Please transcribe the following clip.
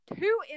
two